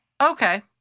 Okay